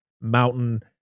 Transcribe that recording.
mountain